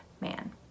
man